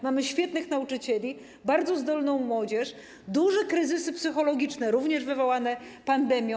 Mamy świetnych nauczycieli, bardzo zdolną młodzież, duże kryzysy psychologiczne, również wywołane pandemią.